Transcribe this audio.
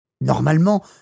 Normalement